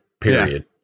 Period